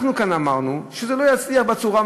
אמרנו כאן שזה לא יצליח בצורה,